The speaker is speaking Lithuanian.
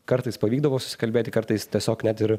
kartais pavykdavo susikalbėti kartais tiesiog net ir